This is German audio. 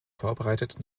vorbereitet